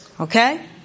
Okay